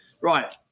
Right